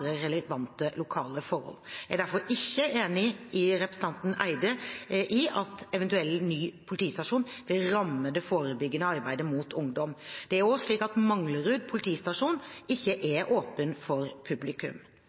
relevante lokale forhold. Jeg er derfor ikke enig med representanten Petter Eide i at en eventuell ny politistasjon vil ramme det forebyggende arbeidet rettet mot ungdom. Manglerud politistasjon er for øvrig ikke åpen for publikum.